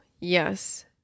yes